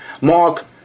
Mark